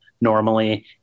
normally